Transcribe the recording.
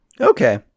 Okay